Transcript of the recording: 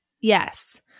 Yes